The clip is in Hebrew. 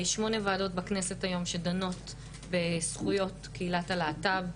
ישנן שמונה וועדות שונות בכנסת היום שדנות בזכויות קהילת הלהט"ב בישראל.